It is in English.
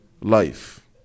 life